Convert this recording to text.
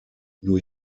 new